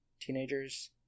teenagers